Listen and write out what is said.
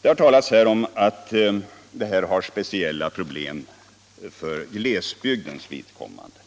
Det har här talats om att tillämpningen av lagstiftningen medför speciella problem för glesbygdens vidkommande.